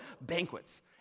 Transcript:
banquets